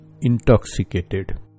intoxicated